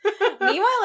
meanwhile